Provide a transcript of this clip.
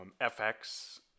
FX